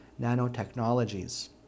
nanotechnologies